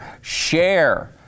share